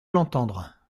l’entendre